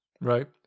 Right